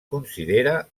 considera